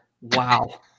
Wow